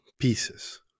pieces